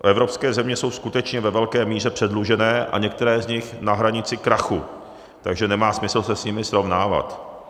Evropské země jsou skutečně ve velké míře předlužené a některé z nich na hranici krachu, takže nemá smysl se s nimi srovnávat.